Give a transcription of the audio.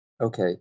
Okay